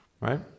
right